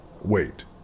Wait